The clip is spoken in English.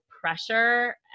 pressure